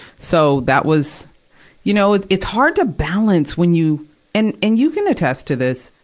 so, that was you know, it's it's hard to balance when you and, and you can attest to this.